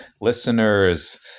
listeners